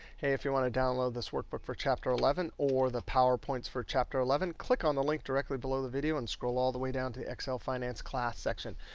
hey, if you want to download this workbook for chapter eleven or the powerpoints for chapter eleven, click on the link directly below the video, and scroll all the way down to excel finance class section.